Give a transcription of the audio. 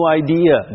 idea